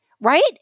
right